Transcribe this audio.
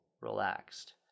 relaxed